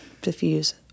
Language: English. diffuse